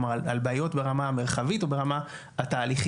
על בעיות ברמה המרחבית או ברמה התהליכית.